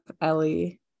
Ellie